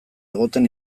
egoten